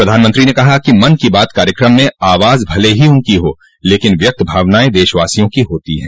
प्रधानमंत्री ने कहा कि मन की बात कार्यक्रम में आवाज भले ही उनकी हो लेकिन व्यक्त भावनायें देशवासियों की होती हैं